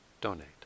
donate